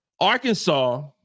Arkansas